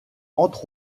entre